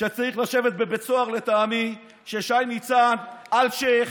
שצריך לשבת בבית סוהר, לטעמי, של שי ניצן, אלשיך.